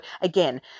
again